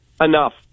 enough